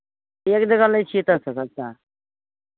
एक जगह लै छियै सभसँ सस्ता